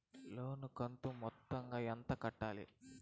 లోను కంతు మొత్తం ఎంత కట్టాలి?